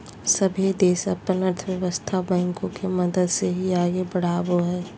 सभे देश अपन अर्थव्यवस्था बैंको के मदद से ही आगे बढ़ावो हय